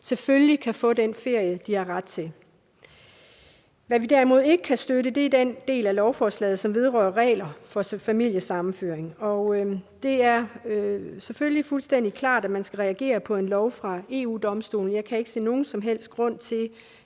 selvfølgelig kan få den ferie, de har ret til. Det, vi derimod ikke kan støtte, er den del af lovforslaget, som vedrører reglerne for familiesammenføring. Det er selvfølgelig fuldstændig klart, at man skal reagere på en dom fra EU-Domstolen. Men jeg kan ikke se nogen som helst grund til,